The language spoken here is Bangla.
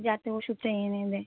যাতে ওষুধটা এনে দেয়